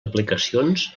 aplicacions